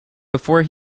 before